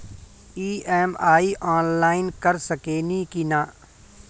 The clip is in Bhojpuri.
ई.एम.आई आनलाइन कर सकेनी की ना?